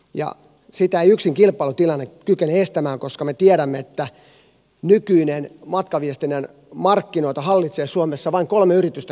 sitä ei yksin kilpailutilanne kykene estämään koska me tiedämme että nykyisin matkaviestinnän markkinoita hallitsee suomessa käytännössä vain kolme yritystä